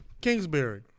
Kingsbury